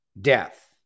death